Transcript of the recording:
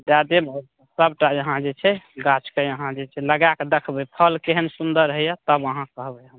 दए देब सबटा आहाँ जे छै गाछके आहाँ जे छै लगा कऽ देखबै फल केहन सुन्दर होइया तब आहाँ कहबै हमरा